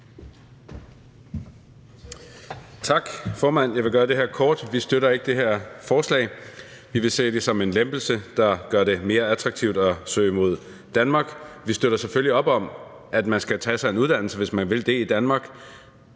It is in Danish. Tak, formand. Jeg vil gøre det her kort. Vi støtter ikke det her forslag. Vi vil se det som en lempelse, der gør det mere attraktivt at søge mod Danmark. Vi støtter selvfølgelig op om, at man skal tage sig en uddannelse, hvis man vil det, i Danmark.